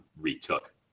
retook